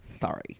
sorry